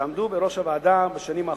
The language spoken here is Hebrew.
שעמדו בראש הוועדה בשנים האחרונות.